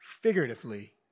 figuratively